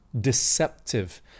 deceptive